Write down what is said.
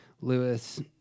lewis